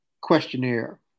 questionnaire